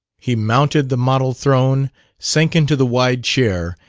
he mounted the model-throne, sank into the wide chair,